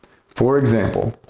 for example,